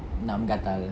nak menggatal